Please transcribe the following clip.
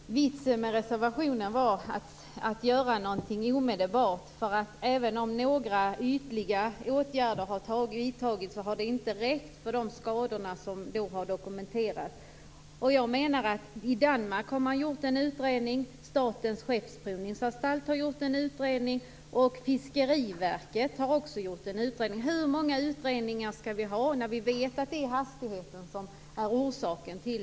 Herr talman! Vitsen med reservationen var att se till att något görs omedelbart. De ytliga åtgärder som har vidtagits har inte räckt. Skador har dokumenterats. I Danmark har man gjort en utredning. Statens skeppsprovningsanstalt har gjort en utredning. Fiskeriverket har också gjort en utredning. Hur många utredningar skall vi ha? Vi vet att det är hastigheten som är orsaken.